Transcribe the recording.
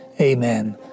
amen